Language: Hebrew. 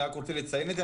אני רק רוצה לציין את זה,